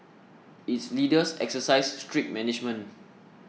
its leaders exercise strict management